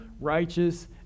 righteous